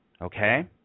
okay